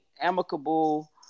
amicable